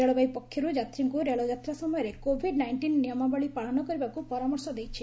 ରେଳବାଇ ପକ୍ଷର୍ତ ଯାତ୍ରୀଙ୍କୁ ରେଳଯାତ୍ରା ସମୟରେ କୋଭିଡ୍ ନାଇଷ୍ଟିନ୍ ନିୟମାବଳି ପାଳନ କରିବାକୃ ପରାମର୍ଶ ଦେଇଛି